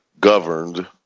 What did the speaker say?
governed